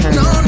no